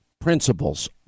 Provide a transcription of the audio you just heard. principles